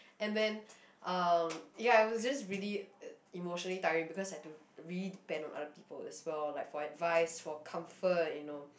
and then um it was just really emotionally tiring because I had to really depend on other people as well like for advice for comfort you know